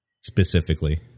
specifically